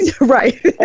right